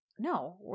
No